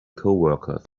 coworkers